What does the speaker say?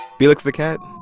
felix the cat